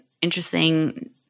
interesting